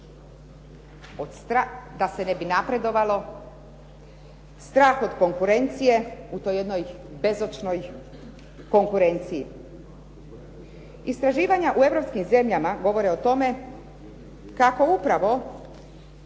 da se ne bi napredovalo, strah od konkurencije u toj jednoj bezočnoj konkurenciji. Istraživanja u europskim zemljama govore o tome kako upravo